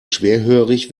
schwerhörig